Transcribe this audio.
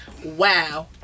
Wow